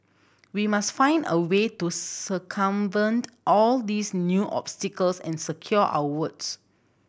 we must find a way to circumvent all these new obstacles and secure our votes